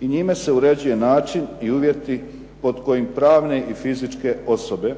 i njime se uređuje način i uvjeti pod kojim pravne i fizičke osobe